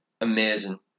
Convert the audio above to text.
amazing